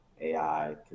AI